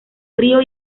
frío